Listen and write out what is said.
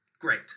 Great